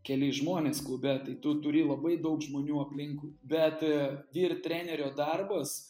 keli žmonės klube tai tu turi labai daug žmonių aplinkui bet vyr trenerio darbas